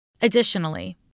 Additionally